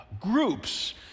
groups